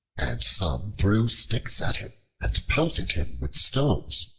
and some threw sticks at him and pelted him with stones,